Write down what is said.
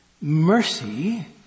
mercy